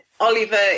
Oliver